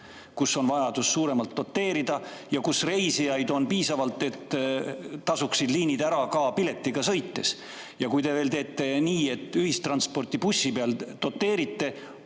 vajadus suuremas mahus doteerida ja reisijaid piisavalt, et tasuksid liinid ära ka piletiga sõites. Ja kui te teete veel nii, et ühistransporti bussi puhul doteerite,